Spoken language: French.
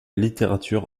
littérature